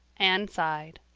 anne sighed.